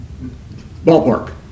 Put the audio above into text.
Ballpark